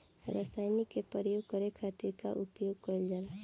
रसायनिक के प्रयोग करे खातिर का उपयोग कईल जाला?